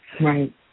right